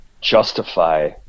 justify